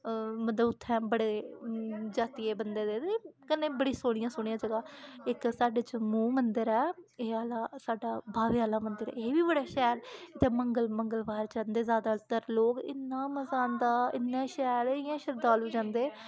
मतलब उत्थै बड़े जातियें दे बंदे कन्नै बड़ियां सोह्नियां सोह्नियां जगह् इक साड्डे जम्मू मंदर ऐ एह् आह्ला साड्डा बावे आह्ला मंदर एह् बी बड़ा शैल इत्थै मंगल मंगलबार जंदे ज्यादातर लोक इन्ना मज़ा आंदा इन्ना शैल इयां शरधालू जंदे